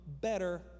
better